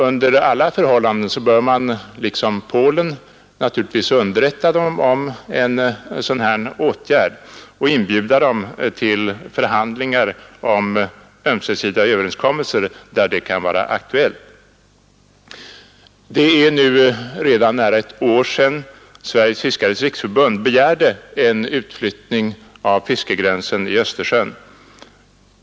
Under alla förhållanden bör man liksom Polen naturligtvis underrätta dem om en sådan här åtgärd och inbjuda länderna till förhandlingar om ömsesidiga överenskommelser, där det kan vara aktuellt. Det är redan nära ett år sedan Sveriges fiskares riksförbund begärde en utflyttning av fiskegränsen i Östersjön.